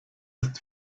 ist